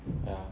ya